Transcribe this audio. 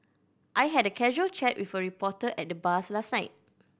I had a casual chat with a reporter at the bars last night